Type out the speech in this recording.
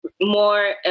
more